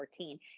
2014